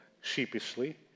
sheepishly